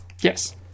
Yes